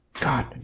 God